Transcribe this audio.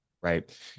right